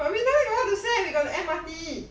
papa don't want to send we got the M_R_T